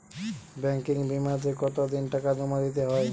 Banking বিমাতে কত দিন টাকা জমা দিতে হয়?